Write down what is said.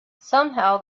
somehow